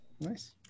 Nice